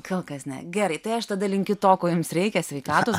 kol kas ne gerai tai aš tada linkiu to ko jums reikia sveikatos